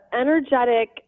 energetic